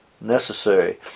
necessary